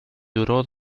duró